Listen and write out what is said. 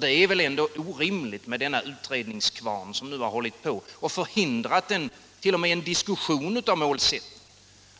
Det är väl ändå orimligt med denna utredningskvarn som nu har förhindrat t.o.m. en diskussion om målsättningen.